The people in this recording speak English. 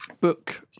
book